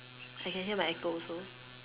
I can hear my echo also